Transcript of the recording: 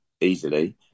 easily